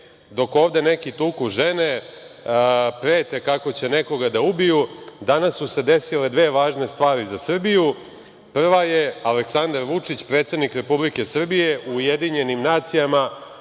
Dok ovde neki tuku žene, prete kako će nekoga da ubiju, danas su se desile dve važne stvari za Srbiju. Prva je – Aleksandar Vučić, predsednik Republike Srbije u UN pozvao